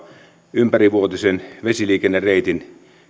ympärivuotisen vesiliikennereitin